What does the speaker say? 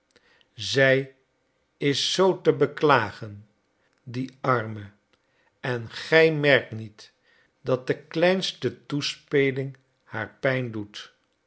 zij is zoo te beklagen die arme en gij merkt niet dat de kleinste toespeling haar pijn doet